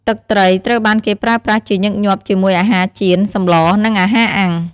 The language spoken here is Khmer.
ទឹកត្រីត្រូវបានគេប្រើប្រាស់ជាញឹកញាប់ជាមួយអាហារចៀន សម្លរ និងអាហារអាំង។